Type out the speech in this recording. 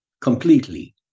completely